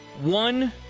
one